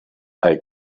hai